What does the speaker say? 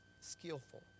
skillful